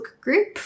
group